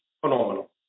phenomenal